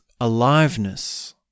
aliveness